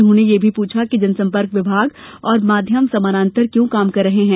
उन्होंने ये भी पूछा कि जनसंपर्क विभाग और माध्यम समानांतर क्यों काम कर रहे हैं